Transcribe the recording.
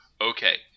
okay